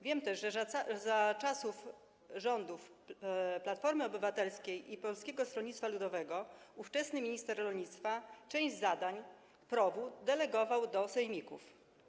Wiem też, że za czasów rządów Platformy Obywatelskiej i Polskiego Stronnictwa Ludowego ówczesny minister rolnictwa część zadań PROW-u delegował do sejmików.